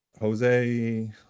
Jose